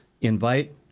invite